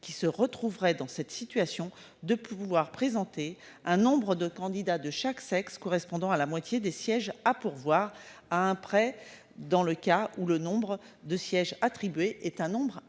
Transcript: qui se retrouveraient dans cette situation de pouvoir présenter un nombre de candidats de chaque sexe correspondant à la moitié des sièges à pourvoir à un prêt dans le cas où le nombre de sièges attribués est un nombre